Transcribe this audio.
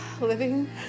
living